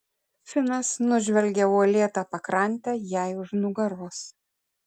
finas nužvelgė uolėtą pakrantę jai už nugaros